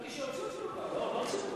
שהוציאו אותו כבר, לא?